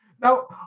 Now